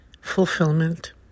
fulfillment